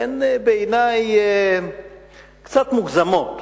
הן בעיני קצת מוגזמות.